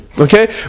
Okay